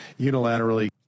unilaterally